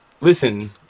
listen